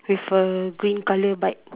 with a green colour bike